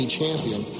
champion